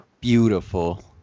beautiful